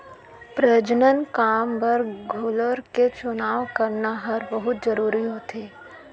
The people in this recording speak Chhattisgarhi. प्रजनन काम बर गोलर के चुनाव करना हर बहुत जरूरी होथे